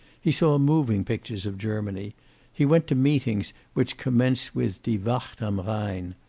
he saw moving-pictures of germany he went to meetings which commenced with die wacht am rhine.